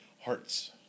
hearts